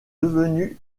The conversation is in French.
devenu